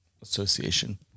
association